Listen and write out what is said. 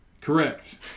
Correct